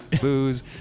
booze